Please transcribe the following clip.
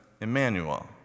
Emmanuel